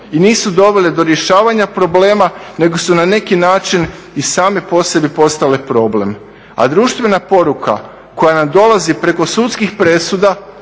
i nisu dovele do rješavanja problema nego su na neki način i same po sebi postale problem. A društvena poruka koja nam dolazi preko sudskih presuda